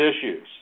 issues